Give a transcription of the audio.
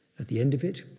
at the end of it,